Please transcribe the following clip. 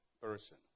person